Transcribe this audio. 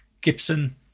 Gibson